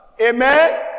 Amen